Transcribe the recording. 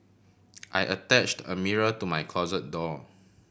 I attached a mirror to my closet door